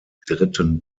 dritten